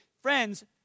friends